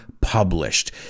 published